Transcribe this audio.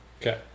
Okay